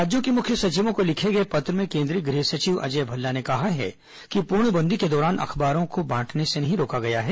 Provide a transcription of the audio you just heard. राज्यों के मुख्य सचिवों को लिखे पत्र में केंद्रीय गृह सचिव अजय भल्ला ने कहा है कि पूर्णबंदी के दौरान अखबारों की बांटने से रोका नहीं गया है